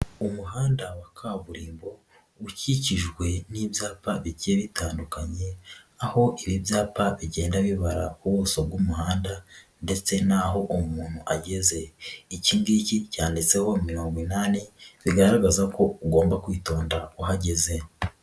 Umuhanda wa kaburimbo ukikijwe n'ibyapa bigiye bitandukanye aho ibi byapa bigenda bibara ubuso bw'umuhanda ndetse n'aho umuntu ageze, iki ngiki cyanditseho mirongo inani bigaragaza ko ugomba kwitonda uhageze.